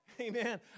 Amen